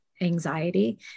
anxiety